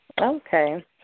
Okay